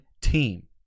team